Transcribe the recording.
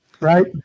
right